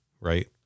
right